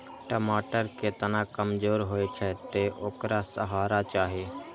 टमाटर के तना कमजोर होइ छै, तें ओकरा सहारा चाही